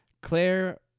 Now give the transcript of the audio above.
Claire